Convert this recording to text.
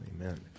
amen